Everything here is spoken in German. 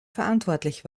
verantwortlich